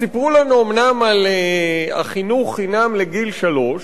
אז סיפרו לנו אומנם על חינוך חינם לגיל שלוש,